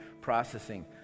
processing